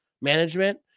management